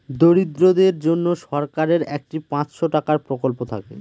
দরিদ্রদের জন্য সরকারের একটি পাঁচশো টাকার প্রকল্প থাকে